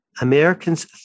Americans